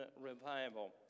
Revival